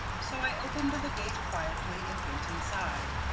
so i opened the gate quietly and went inside.